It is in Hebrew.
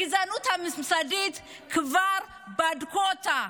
הגזענות הממסדית, כבר בדקו אותה.